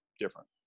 different